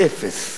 אפס.